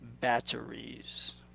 batteries